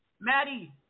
Maddie